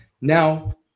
Now